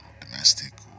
domestic